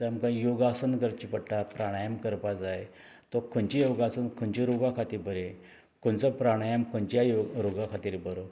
तें आमकां योगासन करचे पडटात प्राणायाम करपा जाय तो खंयची योगासन खंयच्या रोगा खातीर बरें खंयचो प्राणायाम खंयच्या योगा रोगा खातीर बरो